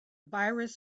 virus